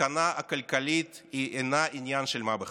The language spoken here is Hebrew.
הסכנה הכלכלית אינה עניין של מה בכך.